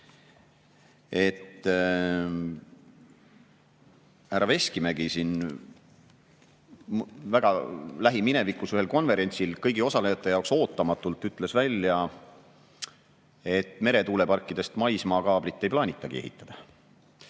härra Veskimägi lähiminevikus ühel konverentsil ütles kõigi osalejate jaoks ootamatult välja, et meretuuleparkidest maismaakaablit ei plaanitagi ehitada,